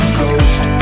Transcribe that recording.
ghost